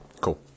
Cool